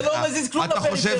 אתה לא מזיז כלום לפריפריה.